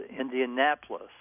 Indianapolis